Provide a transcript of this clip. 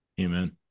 Amen